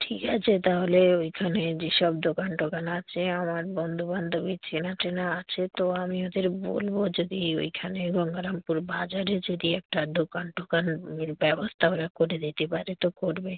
ঠিক আছে তাহলে ওইখানে যেসব দোকান টোকান আছে আমার বন্ধু বান্ধবী চেনা টেনা আছে তো আমি ওদের বলবো যদি ওইখানে গঙ্গারামপুর বাজারে যদি একটা দোকান টোকানের ব্যবস্থা ওরা করে দিতে পারে তো করবে